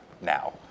now